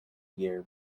year